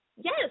Yes